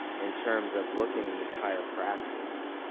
in terms of looking an entire practice.